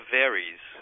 varies